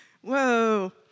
Whoa